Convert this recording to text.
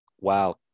Wow